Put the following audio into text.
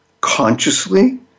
consciously